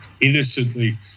innocently